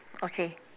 okay